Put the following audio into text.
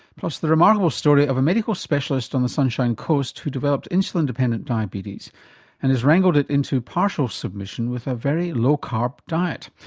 plus the remarkable story of a medical specialist on the sunshine coast who developed insulin dependent diabetes and has wrangled it into partial submission with a very low carb diet.